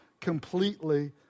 completely